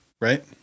right